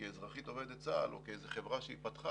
כאזרחית עובדת צה"ל או כחברה שהיא פתחה